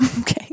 Okay